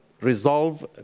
resolve